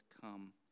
come